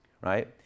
right